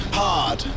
hard